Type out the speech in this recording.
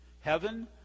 heaven